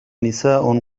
نساء